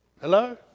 Hello